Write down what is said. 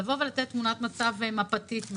לבוא ולתת תמונת מצב מפתית.